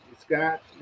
Scott